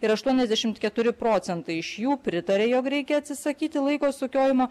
ir aštuoniasdešimt keturi procentai iš jų pritarė jog reikia atsisakyti laiko sukiojimo